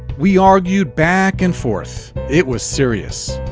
we argued back and forth. it was serious.